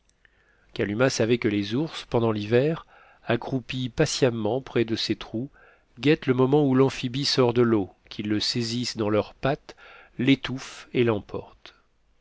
littoral kalumah savait que les ours pendant l'hiver accroupis patiemment près de ces trous guettent le moment où l'amphibie sort de l'eau qu'ils le saisissent dans leurs pattes l'étouffent et l'emportent